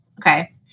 Okay